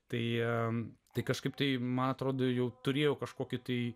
tai ten tai kažkaip tai man atrodo jau turėjo kažkokį tai